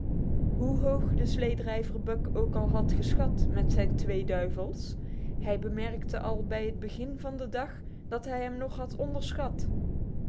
hoe hoog de sleedrijver buck ook had geschat met zijn twee duivels hij bemerkte al bij het begin van de dag dat hij hem nog had onderschat